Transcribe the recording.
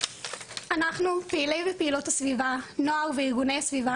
אנחנו פעילים ופעילות הסביבה, נוער וארגוני הסביבה